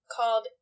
called